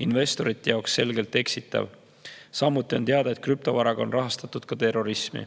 investorite jaoks selgelt eksitav. Samuti on teada, et krüptovaraga on rahastatud terrorismi.